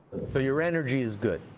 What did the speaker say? ah your energy is good?